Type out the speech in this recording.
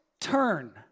turn